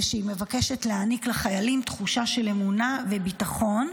ושהיא מבקשת להעניק לחיילים תחושה של אמונה וביטחון.